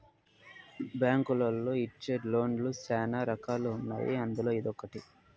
బ్యాంకులోళ్ళు ఇచ్చే లోన్ లు శ్యానా రకాలు ఉన్నాయి అందులో ఇదొకటి